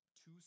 Two